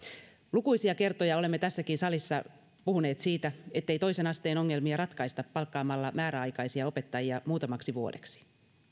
lukuisia kertoja olemme tässäkin salissa puhuneet siitä ettei toisen asteen ongelmia ratkaista palkkaamalla määräaikaisia opettajia muutamaksi vuodeksi